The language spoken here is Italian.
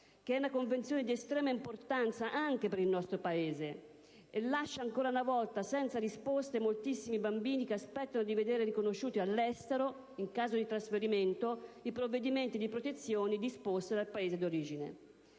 è finalizzata, di estrema importanza anche per il nostro Paese, e lascia ancora una volta senza risposte moltissimi bambini che aspettano di vedere riconosciuti all'estero, nel caso di trasferimento, i provvedimenti di protezione disposti dal proprio Paese di origine;